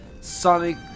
Sonic